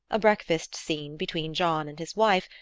a breakfast scene between john and his wife,